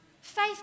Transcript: Faith